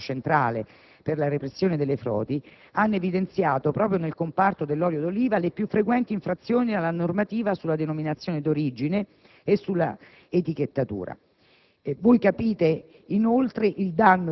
Inoltre, le attività più recenti dell'Ispettorato centrale per la repressione delle frodi hanno evidenziato, proprio nel comparto dell'olio d'oliva, le più frequenti infrazioni alla normativa sulle denominazioni d'origine e sull'etichettatura.